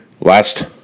last